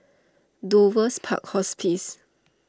Dover's Park Hospice